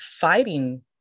fighting